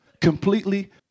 completely